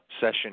session